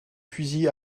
fusils